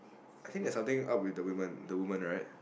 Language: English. I think that's something up with the woman the woman right